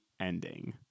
ending